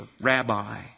rabbi